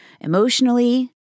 emotionally